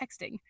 texting